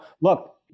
look